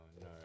no